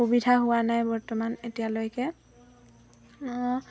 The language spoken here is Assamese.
সুবিধা হোৱা নাই বৰ্তমান এতিয়ালৈকে